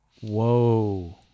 Whoa